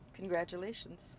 Congratulations